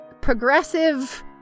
progressive